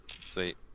Sweet